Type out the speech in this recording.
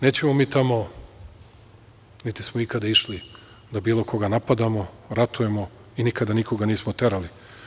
Nećemo mi tamo, niti smo ikada išli, bilo koga da napadamo, ratujemo i nikada nikog nismo terali.